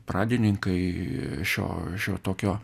pradininkai šio šio tokio